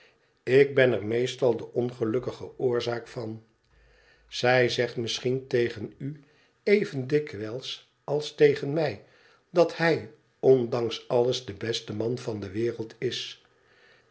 ik ben er meestal de ongelukkige oorzaak van zij zegt misschien tegen u even dikwijls als tegen mij dat hij ondanks alles de beste man van de wereld is